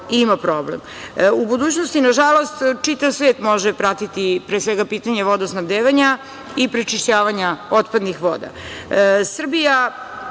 ima problem. U budućnosti, nažalost, čitav svet može pratiti, pre svega pitanje vodosnabdevanja i prečišćavanja otpadnih